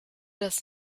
das